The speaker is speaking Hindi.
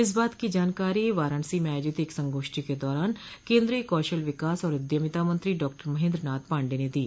इस बात की जानकारी कल वाराणसी में आयोजित एक संगोष्ठी के दौरान केन्द्रीय कौशल विकास और उद्यमिता मंत्री डॉक्टर महेन्द्र नाथ पाण्डेय ने दी